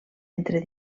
entre